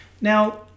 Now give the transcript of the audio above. Now